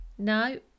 no